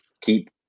keep